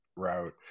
Route